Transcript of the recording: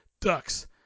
Ducks